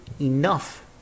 enough